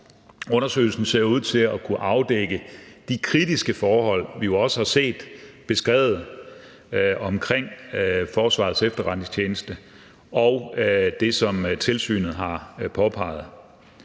Undersøgelsen ser ud til at kunne afdække de kritiske forhold, vi også har set beskrevet omkring Forsvarets Efterretningstjeneste, og det, som tilsynet har påpeget.